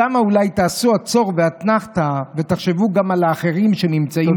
שם אולי תעשו עצור ואתנחתה ותחשבו גם על האחרים שנמצאים פה.